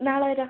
നാളെ വരാം